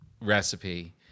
recipe